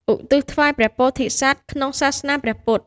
ឧទ្ទិសថ្វាយព្រះពោធិសត្វ ក្នុងសាសនាព្រះពុទ្ធ។